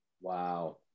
Wow